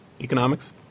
economics